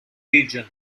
region